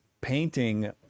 painting